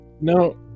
no